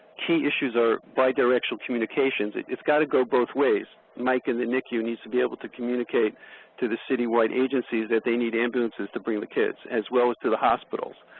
key issues are bidirectional communications, it's got to go both ways. mike in the nicu needs to be able to communicate to the citywide agencies that they need ambulances to bring the kids, as well as to the hospitals.